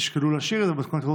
תשקלו להשאיר את זה במתכונת הזאת,